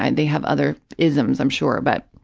and they have other isms, i'm sure, but,